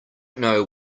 know